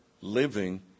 living